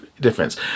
difference